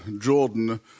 Jordan